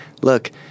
look